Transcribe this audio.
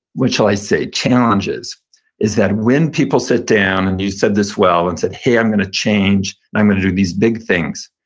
what shall i say, challenges is that when people sit down, and you said this well, and said, hey, i'm going to change, and i'm going to do these big things,